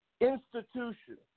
institution